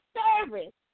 service